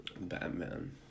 Batman